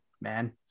man